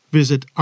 visit